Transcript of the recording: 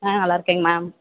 ஆ நல்லாயிருக்கேங்க மேம்